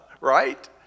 right